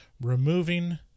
removing